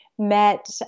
met